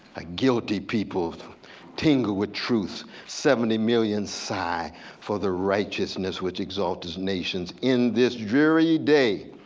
a guilty people tingle with truth. seventy million sigh for the righteousness which exalts nations in this dreary day.